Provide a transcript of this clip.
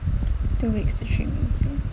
two weeks to three weeks is it